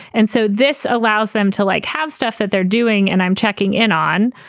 and so this allows them to like have stuff that they're doing and i'm checking in on.